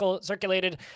circulated